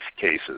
cases